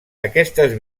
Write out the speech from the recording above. aquestes